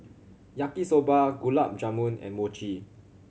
Yaki Soba Gulab Jamun and Mochi